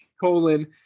colon